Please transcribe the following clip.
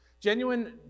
Genuine